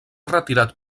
retirat